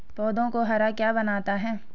पौधों को हरा क्या बनाता है?